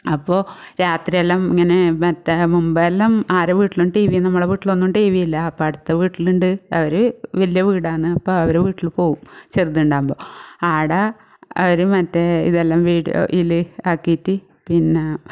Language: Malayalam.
അപ്പോൾ രാത്രിയെല്ലാം ഇങ്ങനെ മെത്തെ മുൻപെല്ലാം ആരെ വീട്ടിലും ടി വി നമ്മളെ വീട്ടിലൊന്നും ടി വി ഇല്ല അപ്പം അടുത്ത വീട്ടിലുണ്ട് അവർ വല്യ വീടാണ് അപ്പം അവരെ വീട്ടിൽ പോവും ചെറുതുണ്ടാവുമ്പോൾ അവിടെ അവർ മറ്റേ ഇതെല്ലാം വീഡിയോയിൽ ആക്കിയിട്ട് പിന്നെ